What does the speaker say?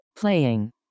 Playing